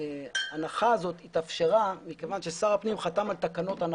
ההנחה הזאת התאפשרה מכיוון ששר הפנים חתם על תקנות הנחה.